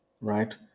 Right